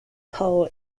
poll